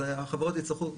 אז החברות יצטרכו,